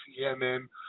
CNN